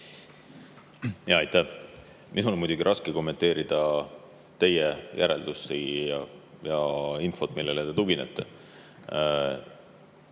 saadud? Minul on muidugi raske kommenteerida teie järeldusi ja infot, millele te tuginete.